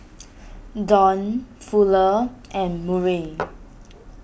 Don Fuller and Murray